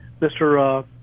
Mr